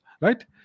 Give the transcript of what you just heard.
right